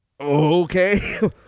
Okay